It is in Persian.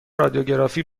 رادیوگرافی